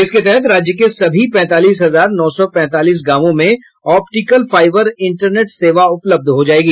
इसके तहत राज्य के सभी पैंतालीस हजार नौ सौ पैंतालीस गांवों में ऑप्टीकल फाइबर इंटरनेट सेवा उपलब्ध हो जाएगी